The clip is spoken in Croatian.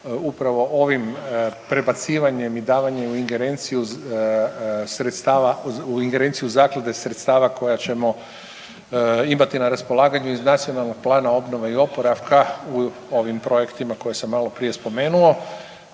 upravo ovim prebacivanjem i davanje u ingerenciju sredstava, u ingerenciju zaklade sredstava koja ćemo imati na raspolaganju iz Nacionalnog plana obnove i oporavka u ovim projektima koje sam maloprije spomenuo.